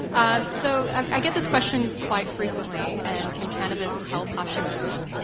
um so i get this question quite frequently, and can cannabis help hashimoto's?